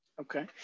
Okay